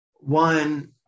One